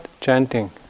chanting